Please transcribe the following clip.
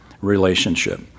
relationship